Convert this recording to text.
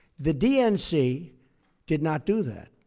the dnc did not do that.